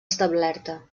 establerta